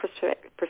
perspective